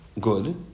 good